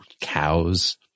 cows